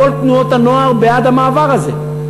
כל תנועות הנוער בעד המעבר הזה.